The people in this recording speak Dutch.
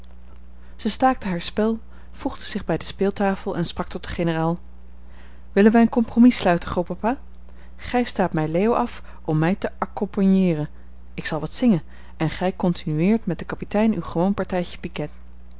zij staakte haar spel voegde zich bij de speeltafel en sprak tot den generaal willen wij een compromis sluiten grootpapa gij staat mij leo af om mij te accompagneeren ik zal wat zingen en gij continueert met den kapitein uw gewoon partijtje piquet